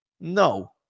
No